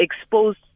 exposed